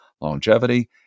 longevity